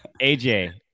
AJ